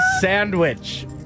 sandwich